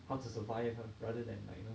how to survive and rather than like you know